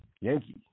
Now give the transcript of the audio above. Yankee